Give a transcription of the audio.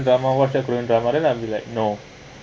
drama watch that korean drama then I will be like no